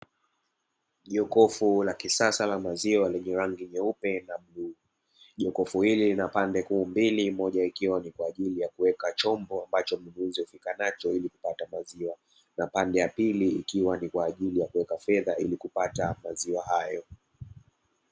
Jokofu la kisasa la maziwa lenye rangi nyeupe na bluu, Joko hili lina pande kuu mbili moja ikiwa ni kwaajili ya kuweka chombo ambacho umeweza kufika nacho ili kupata maziwa na pande ya pili ikiwa ni kwaajili ya kuweka fedha ili kupata maziwa hayo.